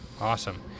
awesome